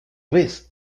vez